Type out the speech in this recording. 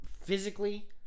Physically